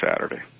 Saturday